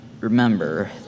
remember